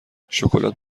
شکلات